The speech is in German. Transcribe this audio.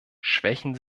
schwächen